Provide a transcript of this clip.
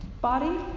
body